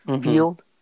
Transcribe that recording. field